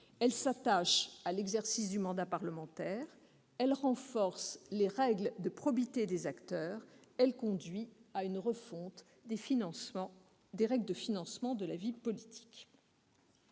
elle s'attache à l'exercice du mandat parlementaire, elle renforce les règles de probité des acteurs, et elle conduit à une refonte des règles de financement de la vie politique.